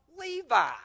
Levi